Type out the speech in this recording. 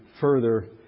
further